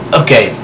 okay